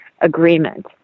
agreement